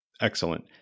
Excellent